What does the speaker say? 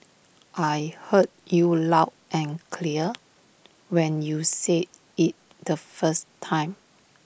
I heard you loud and clear when you said IT the first time